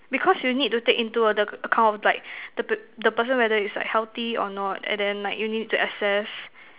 because you need to take into the account like the per~ the person whether is like healthy or not and then like you need to access